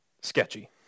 sketchy